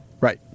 Right